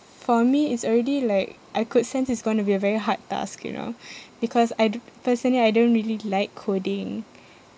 for me it's already like I could sense it's going to be a very hard task you know because I don~ personally I don't really like coding